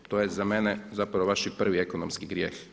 To je za mene zapravo vaš i prvi ekonomski grijeh.